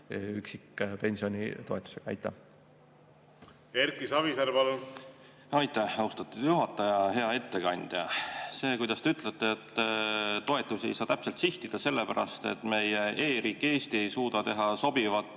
üksikpensionäri toetusega. Erki Savisaar, palun! Aitäh, austatud juhataja! Hea ettekandja! See, kuidas te ütlete, et toetusi ei saa täpselt sihtida, sellepärast et meie e‑riik Eesti ei suuda teha sobivat